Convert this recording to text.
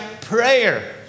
prayer